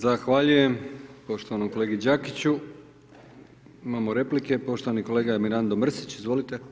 Zahvaljujem poštovanom kolegi Đakiću, imamo replike, poštovani kolega Mirando Mrsić, izvolite.